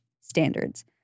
standards